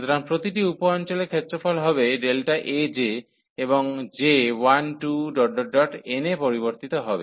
সুতরাং প্রতিটি উপ অঞ্চলের ক্ষেত্রফল হবে Aj এবং j 1 2 n এ পরিবর্তিত হবে